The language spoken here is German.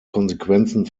konsequenzen